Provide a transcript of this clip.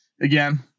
again